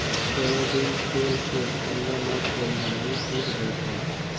soybean तेल के खुल्ला न छोरीहें ई सुख जयताऊ